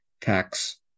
tax